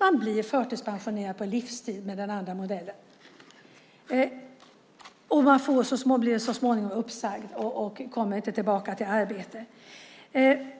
Man blir förtidspensionerad på livstid med den andra modellen och blir så småningom uppsagd och kommer inte tillbaka till arbete. Det